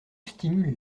stimule